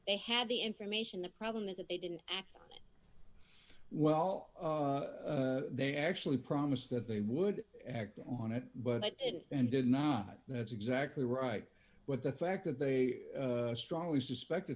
they had the information the problem is that they didn't act well they actually promised that they would act on it but it ended not that's exactly right but the fact that they strongly suspected